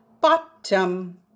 Bottom